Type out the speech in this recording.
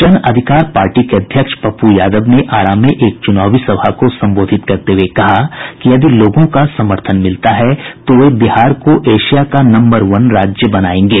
जन अधिकार पार्टी के अध्यक्ष पप्पू यादव ने आरा में एक चुनावी सभा को संबोधित करते हुये कहा कि यदि लोगों का समर्थन मिलता है तो वे बिहार को एशिया का नम्बर वन राज्य बनायेंगे